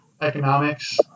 economics